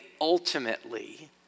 ultimately